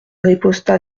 riposta